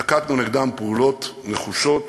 נקטנו נגדם פעולות נחושות